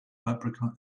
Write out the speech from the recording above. paprika